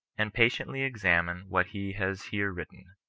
and patiently examine what he has here written.